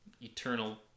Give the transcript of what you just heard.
eternal